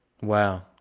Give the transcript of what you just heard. Wow